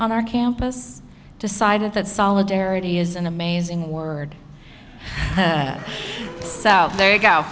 on our campus decided that solidarity is an amazing word so there you go